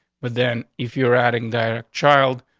but then, if you're adding the child,